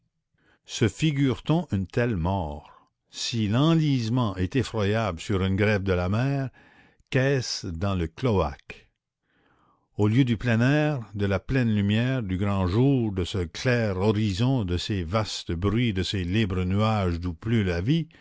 se figure-t-on une telle mort si l'enlisement est effroyable sur une grève de la mer qu'est-ce dans le cloaque au lieu du plein air de la pleine lumière du grand jour de ce clair horizon de ces vastes bruits de ces libres nuages d'où pleut la vie